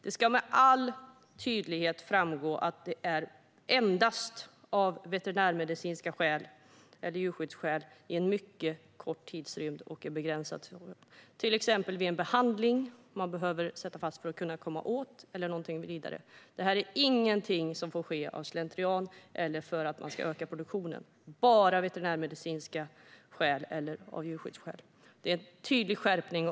Det ska med all tydlighet framgå att det ska vara tillåtet endast av veterinärmedicinska skäl eller av djurskyddsskäl under en mycket kort tid, till exempel vid en behandling då man kan behöva sätta fast suggan för att komma åt på ett bra sätt. Detta är ingenting som får ske av slentrian eller för att man ska öka produktionen. Det får bara ske av veterinärmedicinska skäl eller av djurskyddsskäl. Det är en tydlig skärpning.